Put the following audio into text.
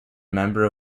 member